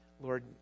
Lord